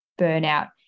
burnout